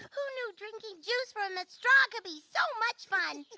who knew drinking juice from a straw could be so much fun.